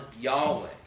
Yahweh